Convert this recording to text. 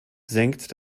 senkt